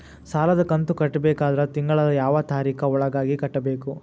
ಸಾಲದ ಕಂತು ಕಟ್ಟಬೇಕಾದರ ತಿಂಗಳದ ಯಾವ ತಾರೀಖ ಒಳಗಾಗಿ ಕಟ್ಟಬೇಕು?